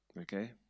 Okay